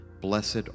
Blessed